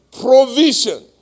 provision